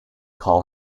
call